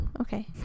okay